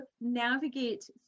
navigate